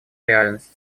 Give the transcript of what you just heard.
реальность